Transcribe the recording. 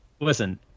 Listen